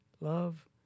love